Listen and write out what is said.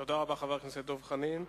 תודה רבה, חבר הכנסת דב חנין.